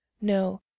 no